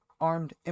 armed